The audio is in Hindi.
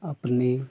अपने